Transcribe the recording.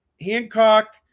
Hancock